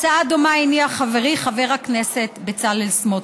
הצעה דומה הניח חברי חבר הכנסת בצלאל סמוטריץ.